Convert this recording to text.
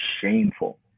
shameful